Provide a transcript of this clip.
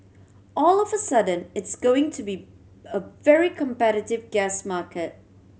all of a sudden it's going to be a very competitive gas market